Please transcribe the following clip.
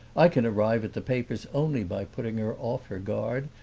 i can arrive at the papers only by putting her off her guard,